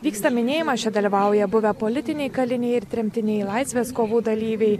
vyksta minėjimas čia dalyvauja buvę politiniai kaliniai ir tremtiniai laisvės kovų dalyviai